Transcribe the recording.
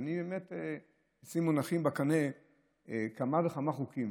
ובאמת אצלי מונחים בקנה כמה וכמה חוקים.